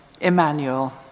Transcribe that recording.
Emmanuel